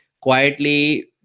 quietly